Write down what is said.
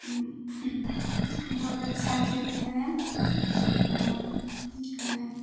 बहुत अच्छा खेती हइ आओर ओकर बाद